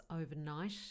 overnight